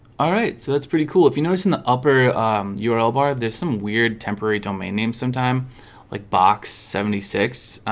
alright, so that's pretty cool if you notice in the upper um url bar there's some weird temporary domain name some time like box seventy six